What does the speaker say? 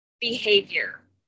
behavior